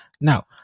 now